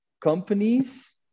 companies